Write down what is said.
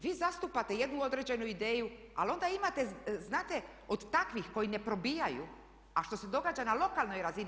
Vi zastupate jednu određenu ideju ali onda imate, znate od takvih koji ne probijaju a što se događa na lokalnoj razini.